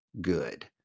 good